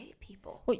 people